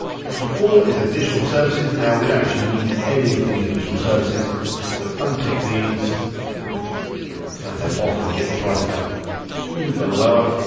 section four is additional services. now we don't actually need any of these additional services so untick these to turn them off and get your price down even lower.